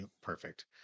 perfect